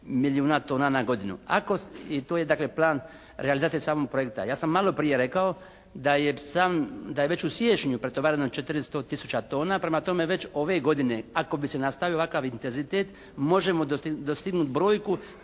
milijuna tona na godinu. Ako, i to je dakle plan realizacije samog projekta. Ja sam maloprije rekao da je sam, da je već u siječnju pretovareno 400 tisuća tona. Prema tome već ove godine ako bi se nastavio ovakav intenzitet možemo dostignuti brojku